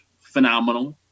phenomenal